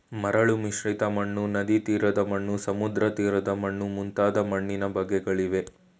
ಮರಳು ಮಿಶ್ರಿತ ಮಣ್ಣು, ನದಿತೀರದ ಮಣ್ಣು, ಸಮುದ್ರತೀರದ ಮಣ್ಣು ಮುಂತಾದ ಮಣ್ಣಿನ ಬಗೆಗಳಿವೆ